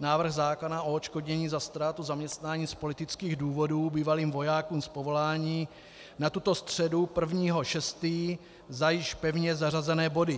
návrh zákona o odškodnění za ztrátu zaměstnání z politických důvodů bývalých vojáků z povolání, na tuto středu 1. 6. za již pevně zařazené body.